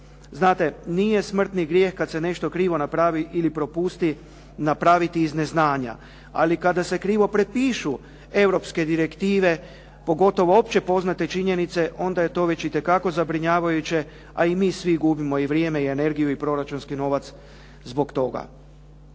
Znate, nije smrtni grijeh kad se nešto krivo napravi ili propusti napraviti iz neznanja, ali kada se krivo prepišu europske direktive, pogotovo općepoznate činjenice onda je to već itekako zabrinjavajuće, a i mi svi gubimo i vrijeme i energiju i proračunski novac zbog toga.